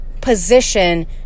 position